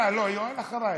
לא, יואל אחרייך.